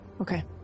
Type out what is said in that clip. Okay